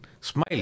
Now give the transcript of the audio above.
Smile